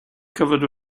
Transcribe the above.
covered